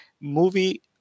movie